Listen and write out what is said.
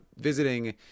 visiting